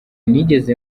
nigeze